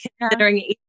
considering